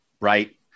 right